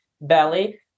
belly